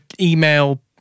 email